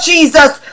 Jesus